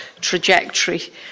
trajectory